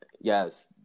yes